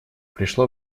пришло